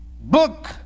book